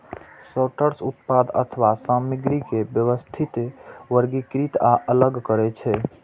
sorter उत्पाद अथवा सामग्री के व्यवस्थित, वर्गीकृत आ अलग करै छै